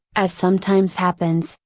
as sometimes happens,